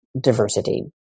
diversity